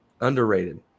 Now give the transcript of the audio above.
Underrated